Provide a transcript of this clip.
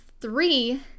three